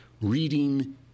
reading